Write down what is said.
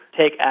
take